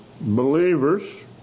believers